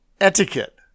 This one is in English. etiquette